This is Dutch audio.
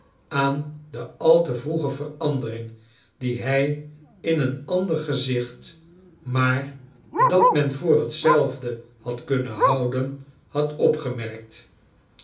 aan de al te vroege verandering die hij in een ander gezicht maar dat men voor hetzelfde had kunnen houden had opgemerkt